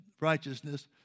righteousness